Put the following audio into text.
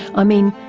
i mean,